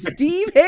Steve